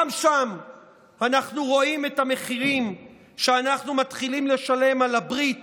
גם שם אנחנו רואים את המחירים שאנחנו מתחילים לשלם על הברית